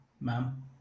ma'am